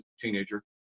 teenager